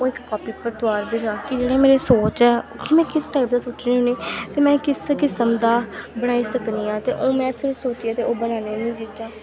ओह् इक कापी पर तोआरदे जा कि जेह्ड़ी मेरी सोच ऐ कि में किस टाईप दा सोच्चनी होन्नी ते में किस किसम दा बनाई सकनी आं ते ओह् में फिर सोच्चियै ते ओह् बन्नानी होन्नी चीजां